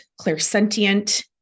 clairsentient